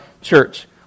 church